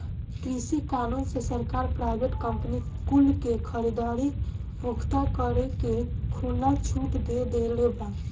कृषि कानून से सरकार प्राइवेट कंपनी कुल के खरीद फोक्त करे के खुला छुट दे देले बा